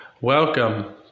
welcome